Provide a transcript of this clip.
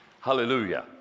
Hallelujah